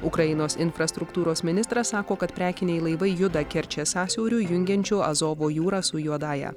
ukrainos infrastruktūros ministras sako kad prekiniai laivai juda kerčės sąsiauriu jungiančiu azovo jūrą su juodąja